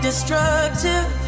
destructive